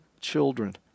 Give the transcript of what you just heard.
children